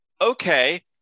Okay